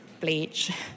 bleach